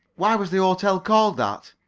why was the hotel called that?